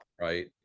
right